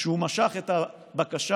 כשהוא משך את הבקשה